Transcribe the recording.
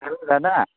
hello দাদা